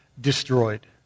destroyed